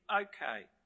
okay